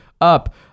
up